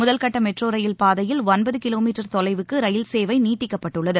முதல் கட்ட metro rail பாதையில் ஒன்பது கிலோ மீட்டர் தொலைவுக்கு ரயில் சேவை நீட்டிக்கப்பட்டுள்ளது